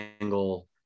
angle